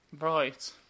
Right